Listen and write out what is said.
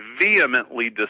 vehemently